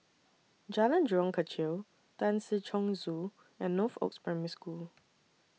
Jalan Jurong Kechil Tan Si Chong Su and Northoaks Primary School